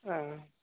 आँय